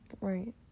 Right